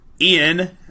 Ian